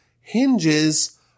hinges